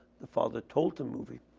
the father tolton movie.